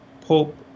Pope